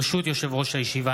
ברשות יושב-ראש הישיבה,